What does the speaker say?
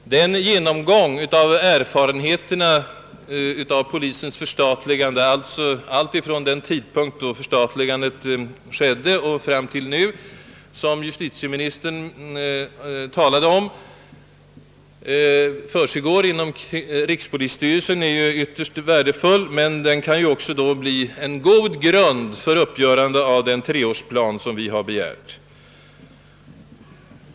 Den genomgång av erfarenheterna av polisens förstatligande alltifrån den tidpunkt då detta skedde och fram till nu, som enligt vad justitieministern meddelade kammaren nu försiggår inom rikspolisstyrelsen, är självfallet ytterst värdefull. Den kan ju bilda en god grund, då man gör upp den treårsplan som vi har begärt.